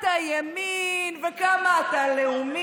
ותמכור לליכוד כמה אתה ימין וכמה אתה לאומי.